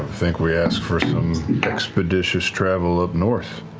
think we ask for some expeditious travel up north.